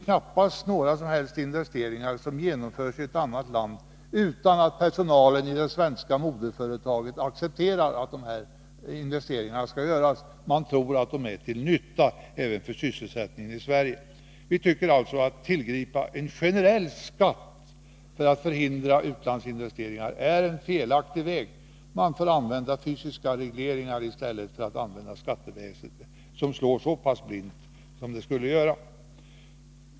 Knappast några som helst investeringar görs nu i ett annat land utan att personalen i det svenska moderbolaget accepterar att dessa investeringar görs. Man tror att de är till nytta även för sysselsättningen i Sverige. Vi tycker alltså att det är en felaktig väg att tillgripa en generell skatt för att förhindra utlandsinvesteringar. Man får använda fysiska regleringar i stället för att begagna beskattningen, som slår så pass blint som den här skulle göra.